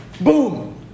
boom